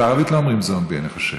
בערבית לא אומרים זומבי, אני חושב.